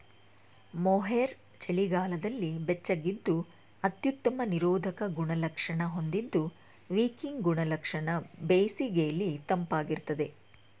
mohair ಚಳಿಗಾಲದಲ್ಲಿ ಬೆಚ್ಚಗಿದ್ದು ಅತ್ಯುತ್ತಮ ನಿರೋಧಕ ಗುಣಲಕ್ಷಣ ಹೊಂದಿದ್ದು ವಿಕಿಂಗ್ ಗುಣಲಕ್ಷಣ ಬೇಸಿಗೆಲಿ ತಂಪಾಗಿರ್ತದೆ